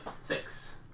Six